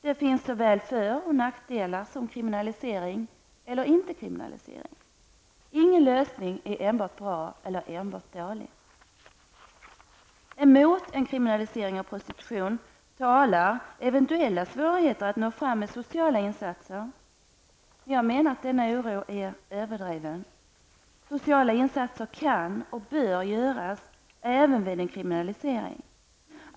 Det finns såväl för som nackdelar med kriminalisering och icke kriminalisering. Ingen lösning är enbart bra eller enbart dålig. Emot en kriminalisering av prostitution talar eventuella svårigheter att nå fram med sociala insatser. Jag menar att denna oro är överdriven. Sociala insatser kan och bör göras även vid en kriminalisering.